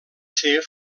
ser